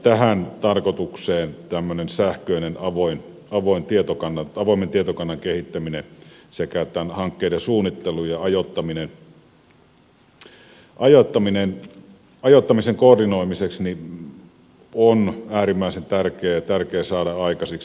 tähän tarkoitukseen tämmöisen sähköisen avoimen tietokannan kehittämiseksi sekä hankkeiden suunnittelun ja ajoittamisen koordinoimiseksi tämä on äärimmäisen tärkeää saada aikaiseksi